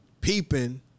peeping